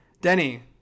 Denny